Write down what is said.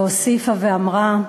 והוסיפה ואמרה: